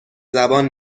زبان